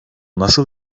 nasıl